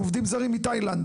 עובדים זרים מתאילנד.